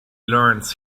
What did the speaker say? learns